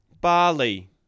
Barley